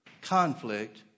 conflict